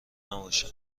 نباشه